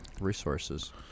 resources